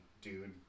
dude